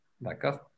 D'accord